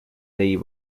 day